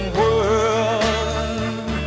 world